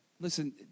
Listen